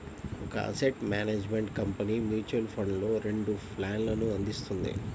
ఒక asset management company mutual ఫండ్స్లో రెండు ప్లాన్లను అందిస్తుంది